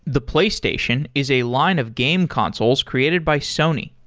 the playstation is a line of game consoles created by sony,